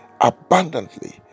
abundantly